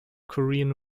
korean